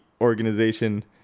organization